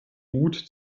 gut